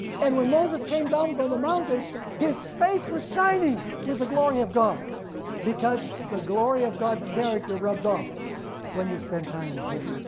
and when moses came down from the mountain his face was shining with the glory of god because the glory of god's character rubs off when you spend time with him.